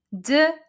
De